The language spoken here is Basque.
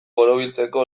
borobiltzeko